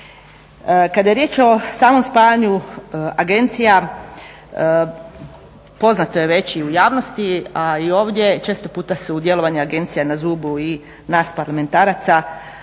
Kada je riječ o samom spajanju agencija poznato je već i u javnosti a i ovdje, često puta su u djelovanje agencija na zubu i nas parlamentaraca,